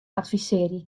advisearje